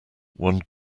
one